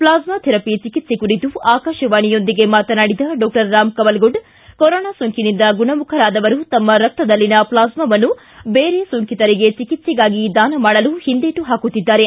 plasma therapy ಚಿಕಿತ್ಸೆ ಕುರಿತು ಆಕಾಶವಾಣಿಯೊಂದಿಗೆ ಮಾತನಾಡಿದ ಡಾಕ್ಷರ್ ರಾಮ್ ಕೌಲಗುಡ್ ಕೊರೊನಾ ಸೋಂಕಿನಿಂದ ಗುಣಮುಖರಾದವರು ತಮ್ಮ ರಕ್ತದಲ್ಲಿನ ಪ್ಲಾಸ್ವಾವನ್ನು ಬೇರೆ ಸೋಂಕಿತರ ಚಿಕಿತ್ಸೆಗಾಗಿ ದಾನ ಮಾಡಲು ಹಿಂದೆಟು ಪಾಕುತ್ತಿದ್ದಾರೆ